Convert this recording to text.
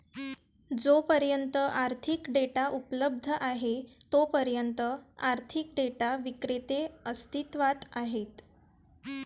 जोपर्यंत आर्थिक डेटा उपलब्ध आहे तोपर्यंत आर्थिक डेटा विक्रेते अस्तित्वात आहेत